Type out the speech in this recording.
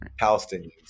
palestinians